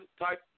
type